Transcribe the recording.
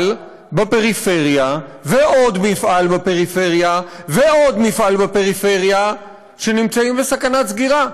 בפריפריה ועוד מפעל בפריפריה ועוד מפעל בפריפריה שנמצאים בסכנת סגירה.